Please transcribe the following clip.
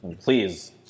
Please